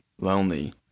lonely